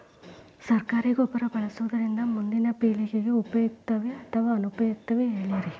ಸರಕಾರಿ ಗೊಬ್ಬರ ಬಳಸುವುದರಿಂದ ಮುಂದಿನ ಪೇಳಿಗೆಗೆ ಉಪಯುಕ್ತವೇ ಅಥವಾ ಅನುಪಯುಕ್ತವೇ ಹೇಳಿರಿ